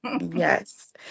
Yes